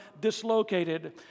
dislocated